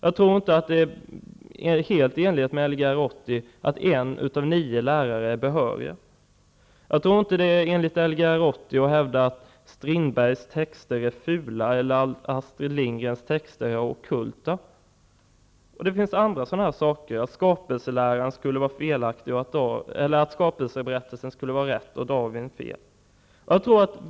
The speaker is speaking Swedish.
Jag tror inte att det är helt i enlighet med Lgr 80 att en av nio lärare är behörig. Jag tror inte att det är i enlighet med Lgr 80 att hävda att Strindbergs texter är fula eller att Astrid Lindgrens texter är ockulta. Det finns annat, som att skapelseberättelsen skulle vara riktig och att Darwins lära felaktig.